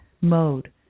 mode